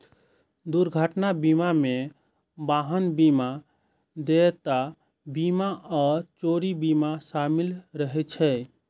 दुर्घटना बीमा मे वाहन बीमा, देयता बीमा आ चोरी बीमा शामिल रहै छै